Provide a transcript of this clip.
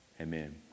Amen